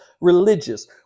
religious